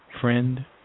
friend